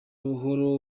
buhoro